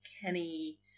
Kenny